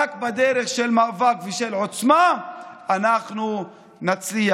רק בדרך של מאבק ושל עוצמה אנחנו נצליח.